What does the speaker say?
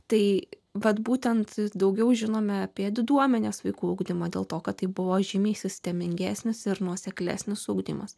tai vat būtent daugiau žinome apie diduomenės vaikų ugdymą dėl to kad tai buvo žymiai sistemingesnis ir nuoseklesnis ugdymas